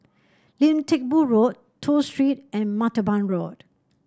Lim Teck Boo Road Toh Street and Martaban Road